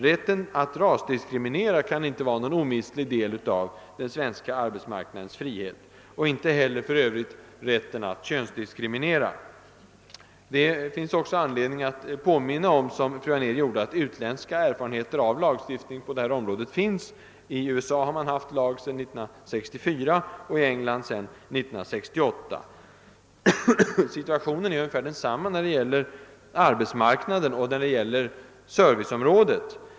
Rätten att rasdiskriminera kan inte vara en omistlig del av den svenska arbetsmarknadens frihet, inte heller rätten att könsdiskriminera. Det finns också anledning att som fru Anér gjorde påminna om att utländska erfarenheter på detta område finns. I USA har man haft en lag sedan 1964 och i England sedan 1968. Situationen är ungefär densamma på arbetsmarknaden och inom serviceområdet.